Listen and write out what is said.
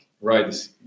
Right